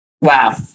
Wow